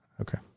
Okay